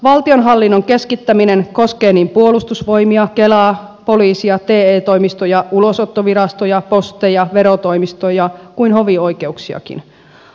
valtionhallinnon keskittäminen koskee niin puolustusvoimia kelaa poliisia te toimistoja ulosottovirastoja posteja verotoimistoja kuin hovioikeuksiakin